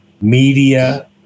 media